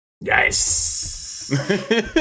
Yes